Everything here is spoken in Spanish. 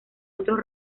otros